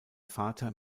vater